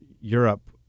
Europe